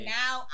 now